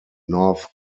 north